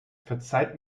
verzeiht